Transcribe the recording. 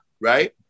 right